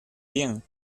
bien